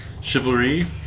chivalry